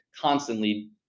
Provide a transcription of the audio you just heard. constantly